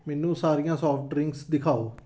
ਮੈਨੂੰ ਸਾਰੀਆਂ soft drinks ਦਿਖਾਓ